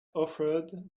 offered